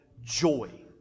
joy